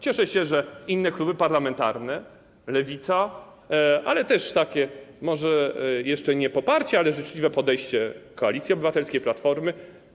Cieszę się, że inne kluby parlamentarne: Lewica, ale też takie może jeszcze nie poparcie, ale życzliwe podejście Koalicji Obywatelskiej, Platformy.